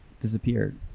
disappeared